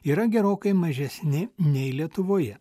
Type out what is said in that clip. yra gerokai mažesni nei lietuvoje